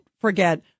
forget